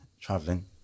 traveling